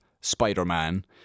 Spider-Man